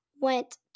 went